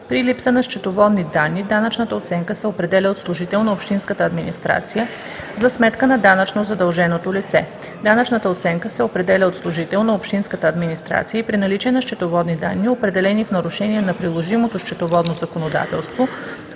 При липса на счетоводни данни данъчната оценка се определя от служител на общинската администрация за сметка на данъчно задълженото лице. Данъчната оценка се определя от служител на общинската администрация и при наличие на счетоводни данни, определени в нарушение на приложимото счетоводно законодателство.